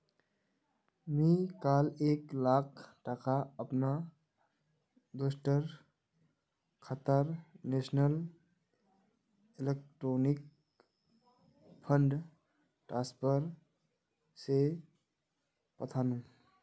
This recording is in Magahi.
मी काल एक लाख टका अपना दोस्टर खातात नेशनल इलेक्ट्रॉनिक फण्ड ट्रान्सफर से पथानु